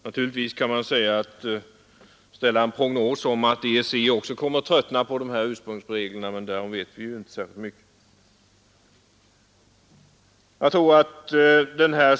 Naturligtvis kan man ställa en prognos om att även EEC kommer att tröttna på ursprungsreglerna, men därom vet vi nu inte mycket.